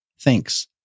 Thanks